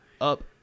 up